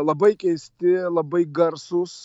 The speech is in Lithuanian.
labai keisti labai garsūs